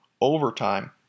overtime